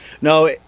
No